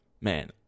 man